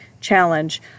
challenge